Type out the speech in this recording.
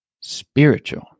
spiritual